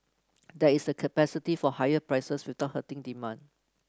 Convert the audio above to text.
there is a capacity for higher prices without hurting demand